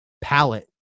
palette